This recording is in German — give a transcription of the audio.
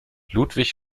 ludwig